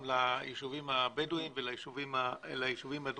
ליישובים הבדואים וליישובים הדרוזיים.